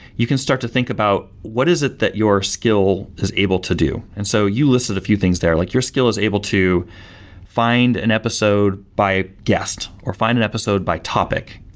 you can start to think about what is it that your skill is able to do? and so you listed a few things there, like your skill is able to find an episode by guest, or find an episode by topic,